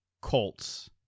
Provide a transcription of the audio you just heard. Colts